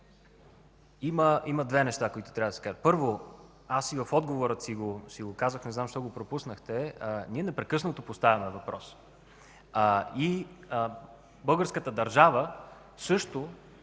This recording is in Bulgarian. Има две неща, които трябва да се кажат. Първото казах и в отговора си, не зная защо Вие го пропуснахте. Ние непрекъснато поставяме въпроса. Българската държава също